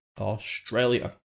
Australia